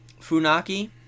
Funaki